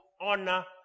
honor